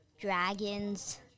dragons